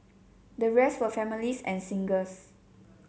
the rest were families and singles